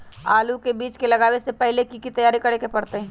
आलू के बीज के लगाबे से पहिले की की तैयारी करे के परतई?